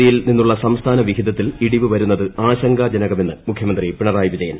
കേന്ദ്രനികുതിയിൽ നിന്നുള്ള സംസ്ഥാന വിഹിതത്തിൽ ഇടിവു വരുന്നത് ആശങ്കാജനകമെന്ന് മുഖ്യമന്ത്രി പിണറായി വിജയൻ